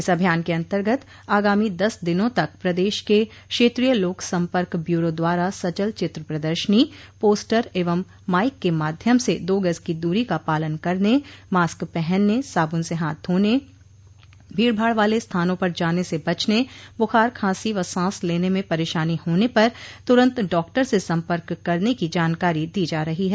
इस अभियान के अन्तर्गत आगामी दस दिनों तक प्रदेश के क्षेत्रीय लोक सम्पर्क ब्यूरो द्वारा सचल चित्र प्रदर्शनी पोस्टर एवं माइक के माध्यम से दो गज की दूरी का पालन करने मास्क पहनने साबुन से हाथ धोने भीड़ भाड़ वाले स्थानों पर जाने से बचने बुखार खांसी व सांस लेने में परेशानी होने पर तुरन्त डॉक्टर से सम्पर्क करने की जानकरी दी जा रही है